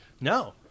No